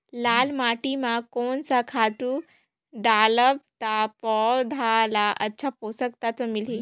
लाल माटी मां कोन सा खातु डालब ता पौध ला अच्छा पोषक तत्व मिलही?